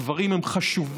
הדברים הם חשובים,